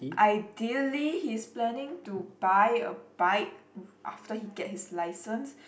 ideally he is planning to buy a bike after he get his licence